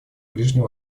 ближнем